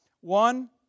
One